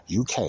UK